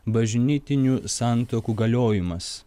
bažnytinių santuokų galiojimas